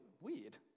weird